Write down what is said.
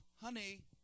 Honey